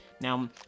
Now